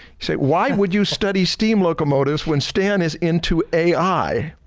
say why would you study steam locomotives when stan is into ai?